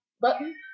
button